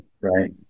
Right